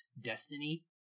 destiny